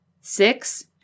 Six